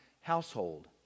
household